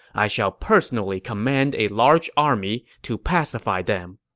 i shall personally command a large army to pacify them.